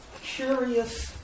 curious